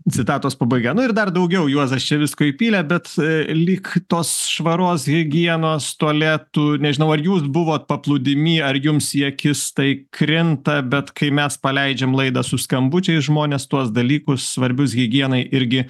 citatos pabaiga nu ir dar daugiau juozas čia visko įpylė bet lyg tos švaros higienos tualetų nežinau ar jūs buvot paplūdimy ar jums į akis tai krinta bet kai mes paleidžiam laidą su skambučiais žmonės tuos dalykus svarbius higienai irgi